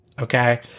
Okay